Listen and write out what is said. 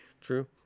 True